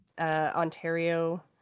Ontario